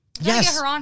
Yes